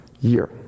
year